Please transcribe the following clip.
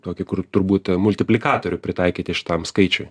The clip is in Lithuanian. tokį kur turbūt multiplikatorių pritaikyti šitam skaičiui